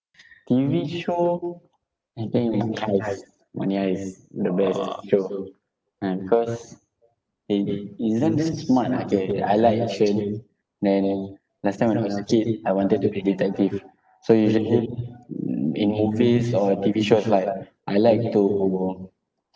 T_V show I think money heist money heist the best show ah because they is damn smart ah K I like action then last time when I was a kid I wanted to be detective so usually in movies or T_V shows right I like to